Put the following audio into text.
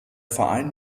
verein